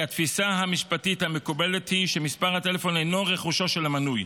כי התפיסה המשפטית המקובלת היא שמספר הטלפון אינו רכושו של המנוי,